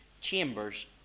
chambers